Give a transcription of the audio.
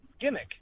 gimmick